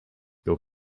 your